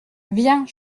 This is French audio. viens